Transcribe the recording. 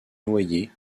noyer